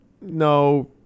no